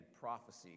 prophecy